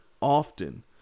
often